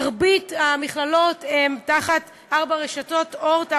מרבית המכללות הן תחת ארבע רשתות: "אורט",